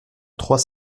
trois